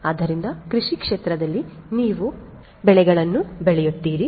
ಆದ್ದರಿಂದ ಕೃಷಿ ಕ್ಷೇತ್ರದಲ್ಲಿ ನೀವು ಬೆಳೆಗಳನ್ನು ಬೆಳೆಯುತ್ತಿದ್ದೀರಿ